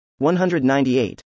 198